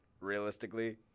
realistically